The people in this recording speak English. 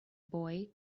boy